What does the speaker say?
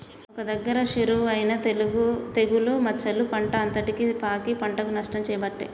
ఒక్క దగ్గర షురువు అయినా తెగులు మచ్చలు పంట అంతటికి పాకి పంటకు నష్టం చేయబట్టే